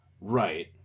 Right